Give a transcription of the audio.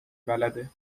بلده